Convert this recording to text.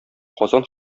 казан